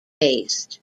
based